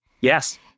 Yes